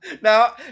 now